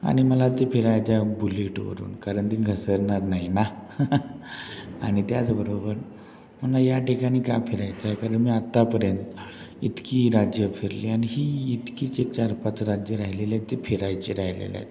आणि मला ते फिरायचं आहे बुलेटवरून कारण ती घसरणार नाही ना आणि त्याचबरोबर मला या ठिकाणी का फिरायचं आहे कारण मी आत्तापर्यंत इतकी राज्यं फिरली आणि ही इतकीच एक चारपाच राज्यं राहिलेली आहेत ती फिरायची राहिलेली आहेत